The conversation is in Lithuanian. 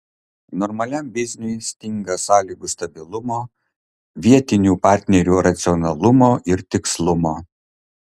normaliam bizniui stinga sąlygų stabilumo vietinių partnerių racionalumo ir tikslumo